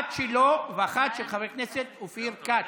יריב ינמק אותן.